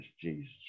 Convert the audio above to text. Jesus